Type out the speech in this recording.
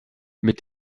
mit